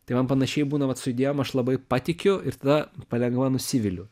tai man panašiai būna vat su idėjom aš labai patikiu ir tada palengva nusiviliu